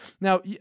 Now